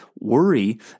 worry